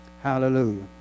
Hallelujah